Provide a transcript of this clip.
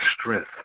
strength